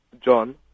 John